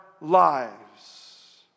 lives